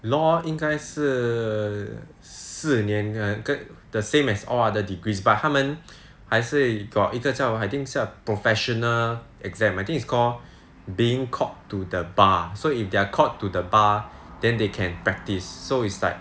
law 应该是四年 the same as all other degrees but 他们还是 got 一个叫 I think 叫 professional exam I think it's called being called to the bar so if they're called to the bar then they can practise so it's like